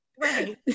Right